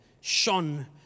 shone